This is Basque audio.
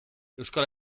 euskal